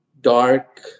dark